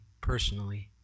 personally